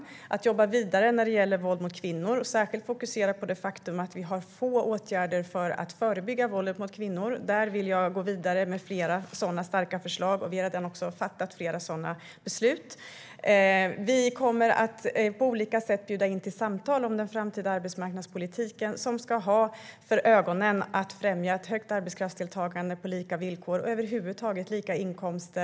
Det är viktigt att jobba vidare när det gäller våld mot kvinnor och särskilt fokusera på det faktum att vi har få åtgärder för att förebygga våld mot kvinnor. Där vill jag gå vidare med flera starka förslag, och vi har redan fattat flera sådana beslut. Vi kommer att på olika sätt bjuda in till samtal om den framtida arbetsmarknadspolitiken, som ska ha för ögonen att främja ett högt arbetskraftsdeltagande på lika villkor och över huvud taget lika inkomster.